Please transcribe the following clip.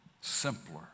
simpler